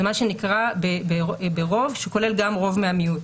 זה מה שנקרא ברוב שכולל גם רוב מהמיעוט.